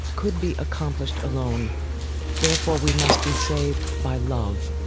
could be accomplished alone therefore, we must be saved by love.